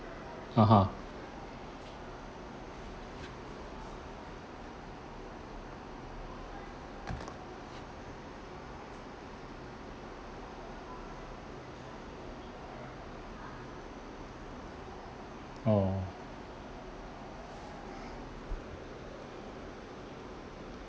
(uh huh) oh